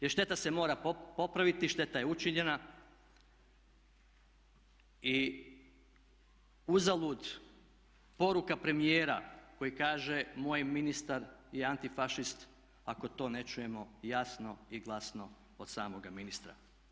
Jer šteta se mora popraviti, šteta je učinjena i uzalud poruka premijera koji kaže moj ministar je antifašist ako to ne čujemo jasno i glasno od samoga ministra.